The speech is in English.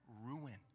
ruin